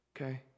Okay